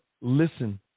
listen